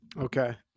Okay